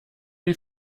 die